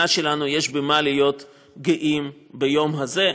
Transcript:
שלנו יש במה להיות גאים ביום הזה.